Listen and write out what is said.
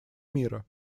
мира